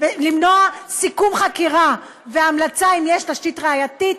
למנוע סיכום חקירה והמלצה אם יש תשתית ראייתית,